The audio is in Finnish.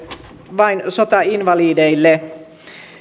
vain sotainvalideille